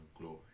glory